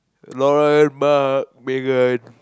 Laurence Mark Megan